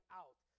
out